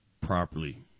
properly